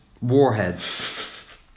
warheads